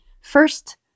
first